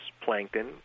plankton